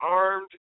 armed